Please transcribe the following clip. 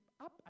up